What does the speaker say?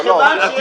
אנחנו עושים את זה.